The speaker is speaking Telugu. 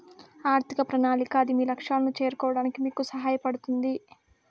ఆర్థిక ప్రణాళిక అది మీ లక్ష్యాలను చేరుకోవడానికి మీకు సహాయపడుతుంది